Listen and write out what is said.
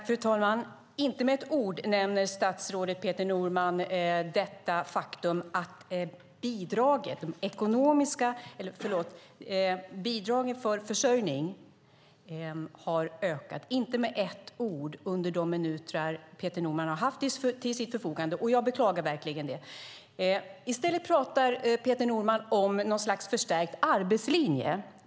Fru talman! Inte med ett ord nämner statsrådet Peter Norman det faktum att bidragen för försörjning har ökat. Han nämner det inte med ett ord under de minuter han har haft till sitt förfogande. Det beklagar jag. I stället talar Peter Norman om något slags förstärkt arbetslinje.